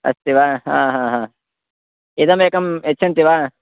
अस्ति वा ह हाहा इदमेकं यच्छन्ति वा